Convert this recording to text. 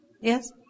Yes